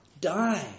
die